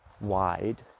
wide